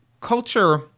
culture